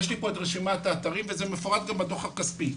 יש לי את רשימת האתרים וזה מפורט גם בדו"ח הכספי.